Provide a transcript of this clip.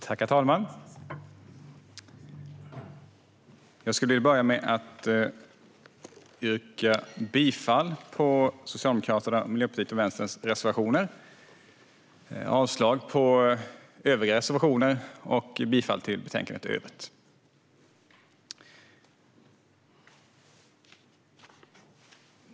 Herr talman! Jag vill börja med att yrka bifall till Socialdemokraternas, Miljöpartiets och Vänsterpartiets reservationer, avslag på övriga reservationer och bifall till förslaget i övrigt.